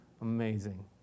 Amazing